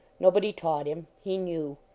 nobody taught him. he knew.